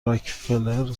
راکفلر